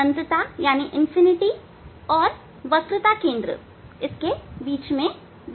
यह अनंतता और वक्रता केंद्र के बीच में बनेगा